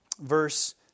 verse